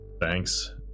Thanks